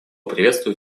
приветствую